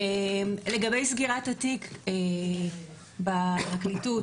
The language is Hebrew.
לגבי סגירת התיק בפרקליטות,